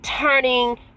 turning